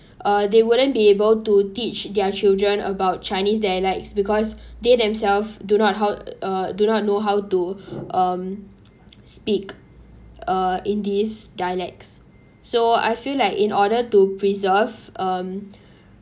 uh they wouldn't be able to teach their children about chinese dialects because they themselves do not how uh or do not know how to um speak uh in this dialects so I feel like in order to preserve um